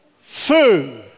Food